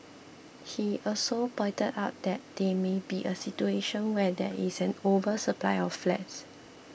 he also pointed out that there may be a situation where there is an oversupply of flats